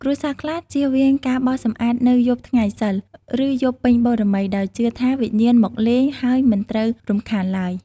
គ្រួសារខ្លះជៀសវាងការបោសសម្អាតនៅយប់ថ្ងៃសីល ឬយប់ពេញបូណ៌មី ដោយជឿថាវិញ្ញាណមកលេង ហើយមិនត្រូវរំខានឡើយ។